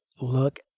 look